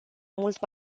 mult